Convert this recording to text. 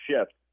shift